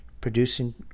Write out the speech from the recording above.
producing